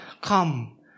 come